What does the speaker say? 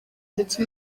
ndetse